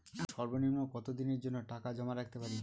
আমি সর্বনিম্ন কতদিনের জন্য টাকা জমা রাখতে পারি?